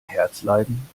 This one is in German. herzleiden